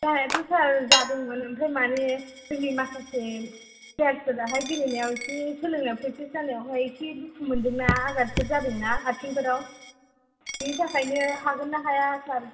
जानायाथ ' सार जादोंमोन ओमफ्राइ माने जोंनि माखासे प्लेयार्स फ्राहाय गेलेनायाव एसे सोलोंनायाव फ्रेकथिस होनायाव एसे दुखु मोनदोंना आगाथफोर जादोंना आथिंफोराव बेनि थाखायनो हागोन ना हाया